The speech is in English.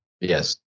Yes